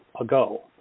ago